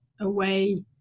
away